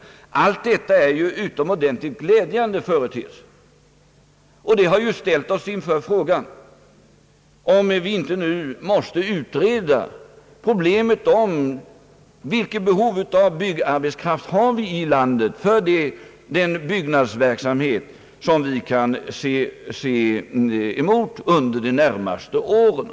Allt detta är utomordentligt glädjande företeelser och har ställt oss inför frågan, om vi inte nu måste utreda vilket behov av byggarbetskraft vi har i landet för den byggnadsverksamhet som vi kan emotse under de närmaste åren.